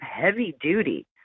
heavy-duty